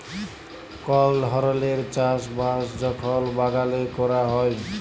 call ধরলের চাষ বাস যখল বাগালে ক্যরা হ্যয়